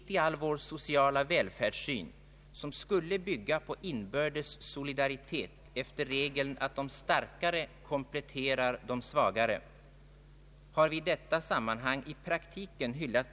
Motiven bakom denna lag har varit att skydda både kvinnan och fostret. Abortlagen skall vara ett stöd för kvinnan.